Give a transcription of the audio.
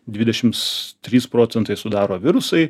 dvidešims trys procentai sudaro virusai